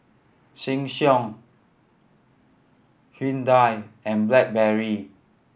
Sheng Siong Hyundai and Blackberry